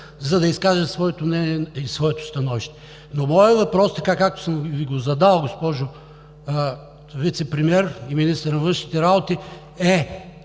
за да изкажат своето мнение и своето становище. Моят въпрос, както съм Ви го задал, госпожо Вицепремиер и министър на външните работи, е: